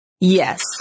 Yes